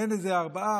אין איזה ארבעה,